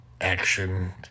action